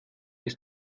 ist